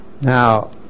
now